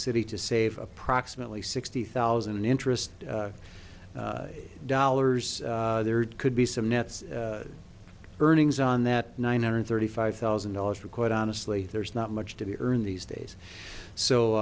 city to save approximately sixty thousand interest dollars there could be some nets earnings on that nine hundred thirty five thousand dollars for quite honestly there's not much to be earned these days